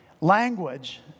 language